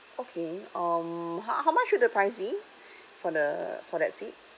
okay um how how much would the price be for the for that suite